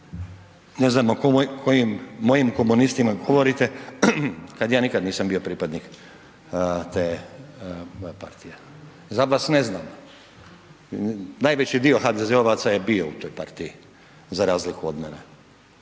Ne znam o kojim mojim komunistima govorite, kad ja nikad nisam bio pripadnik te partije. Za vas ne znam, najveći dio HDZ-ovaca je bio u toj partiji, za razliku od mene.